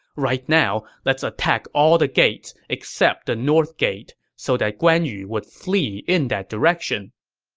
right now, let's attack all the gates except the north gate, so that guan yu would flee in that direction.